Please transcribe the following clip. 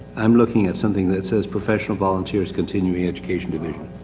i'm looking at something that says professional volunteers' continuing education division.